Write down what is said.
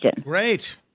Great